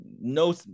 No